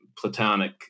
Platonic